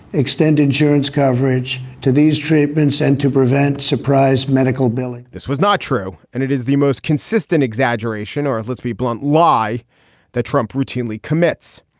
extend insurance coverage to these treatments and to prevent surprise medical billing this was not true and it is the most consistent exaggeration or let's be blunt lie that trump routinely commits.